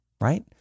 Right